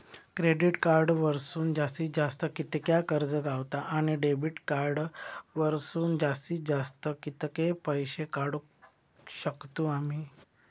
Credit card वरसून जास्तीत जास्त कितक्या कर्ज गावता, आणि डेबिट कार्ड वरसून जास्तीत जास्त कितके पैसे काढुक शकतू आम्ही?